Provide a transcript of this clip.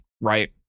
Right